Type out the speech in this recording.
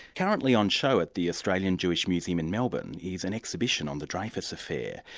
currently on show at the australian jewish museum in melbourne, is an exhibition on the dreyfus affair.